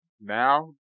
now